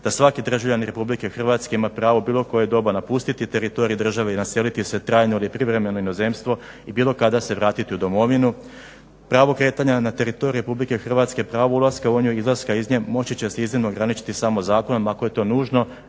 da svaki državljanin RH ima pravo u bilo koje doba napustiti teritorij države i naseliti se trajno ili privremeno u inozemstvu i bilo kada se vratiti u domovinu, pravo kretanja na teritoriju RH pravo ulaska i izlaska iz nje moći će se iznimno ograničiti samo zakonom ako je to nužno